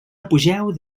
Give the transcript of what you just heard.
apogeu